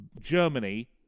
Germany